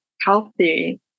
healthy